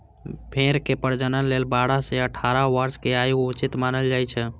भेड़क प्रजनन लेल बारह सं अठारह वर्षक आयु उचित मानल जाइ छै